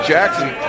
Jackson